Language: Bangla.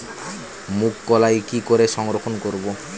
মুঘ কলাই কি করে সংরক্ষণ করব?